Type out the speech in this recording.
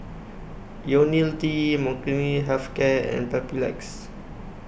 Ionil T Molnylcke Health Care and Papulex